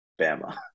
Bama